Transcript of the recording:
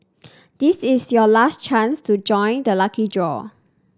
this is your last chance to join the lucky draw